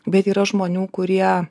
bet yra žmonių kurie